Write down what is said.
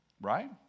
Right